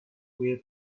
way